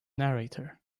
narrator